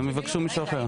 הם יבקשו מישהו אחר.